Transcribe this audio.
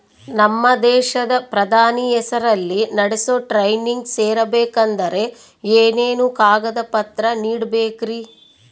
ನಮ್ಮ ದೇಶದ ಪ್ರಧಾನಿ ಹೆಸರಲ್ಲಿ ನಡೆಸೋ ಟ್ರೈನಿಂಗ್ ಸೇರಬೇಕಂದರೆ ಏನೇನು ಕಾಗದ ಪತ್ರ ನೇಡಬೇಕ್ರಿ?